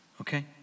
okay